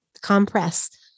compress